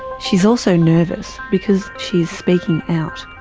she's also nervous because she is speaking out.